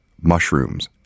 mushrooms